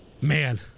Man